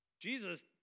Jesus